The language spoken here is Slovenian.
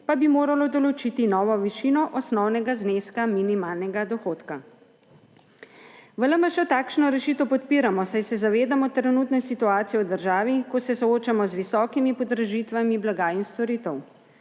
pa bi moralo določiti novo višino osnovnega zneska minimalnega dohodka. V LMŠ takšno rešitev podpiramo, saj se zavedamo trenutne situacije v državi, ko se soočamo z visokimi podražitvami blaga in storitev.